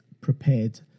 prepared